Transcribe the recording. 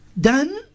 done